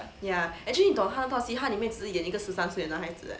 ya actually 你懂他那套戏他里面只演一个十三岁的男孩子 leh